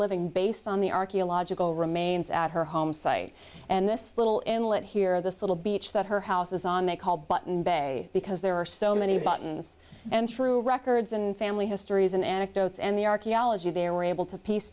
living based on the archaeological remains at her home site and this little inlet here this little beach that her house is on they call button bay because there are so many buttons and through records and family histories and anecdotes and the archaeology they were able to piece